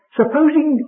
supposing